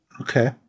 Okay